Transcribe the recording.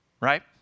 right